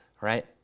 right